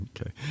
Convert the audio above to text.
okay